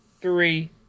Three